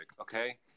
Okay